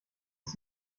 ist